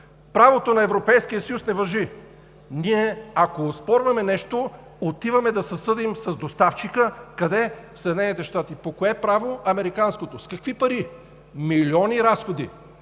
Правото на Европейския съюз не важи. Ние, ако оспорваме нещо, отиваме да се съдим с доставчика. Къде? В Съединените щати. По кое право? Американското. С какви пари? Милиони разходи,